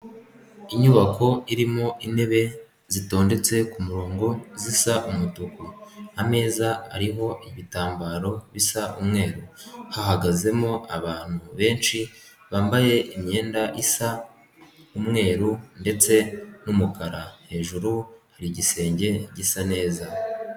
Inyubako irimo intebe zitondetse ku murongo zisa umutuku. Ameza ariho ibitambaro bisa umweru hahagazemo abantu benshi bambaye imyenda isa umweru ndetse n'umukara. Hejuru hari igisenge gisa neza.